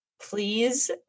please